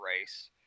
race